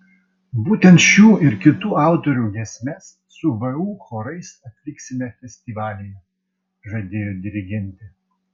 būtent šių ir kitų autorių giesmes su vu chorais atliksime festivalyje žadėjo dirigentė